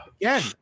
again